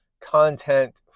content